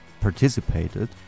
participated